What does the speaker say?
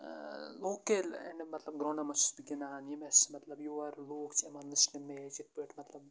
locale مطلب گرٛاونٛڈَن منٛز چھُس بہٕ گِنٛدان یِم اَسہِ مطلب یور لُکھ چھِ یِوان وٕچھنہٕ میچ یِتھ پٲٹھۍ مطلب